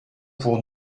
pour